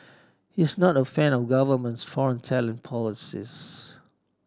he's not a fan of the government's foreign talent policies